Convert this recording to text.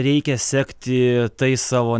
reikia sekti tais savo